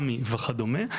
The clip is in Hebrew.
רמ"י וכדומה.